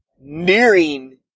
nearing